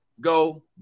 Go